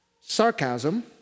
sarcasm